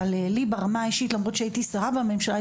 אבל לי ברמה האישית למרות שהייתי שרה בממשלה,